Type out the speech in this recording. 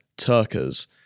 Turkers